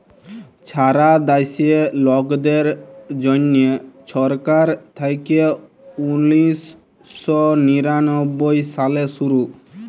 ছারা দ্যাশে লকদের জ্যনহে ছরকার থ্যাইকে উনিশ শ নিরানব্বই সালে শুরু